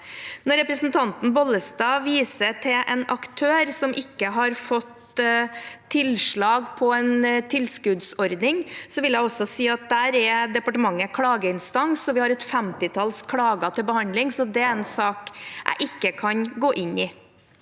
Når representanten Bollestad viser til en aktør som ikke har fått tilslag på en tilskuddsordning, vil jeg også si at der er departementet klageinstans, og vi har et femtitalls klager til behandling, så det er en sak jeg ikke kan gå inn i.